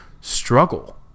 struggle